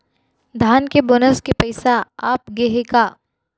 धान के बोनस के पइसा आप गे हे का?